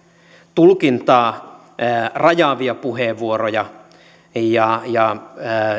tulkintaa rajaavia puheenvuoroja ja ja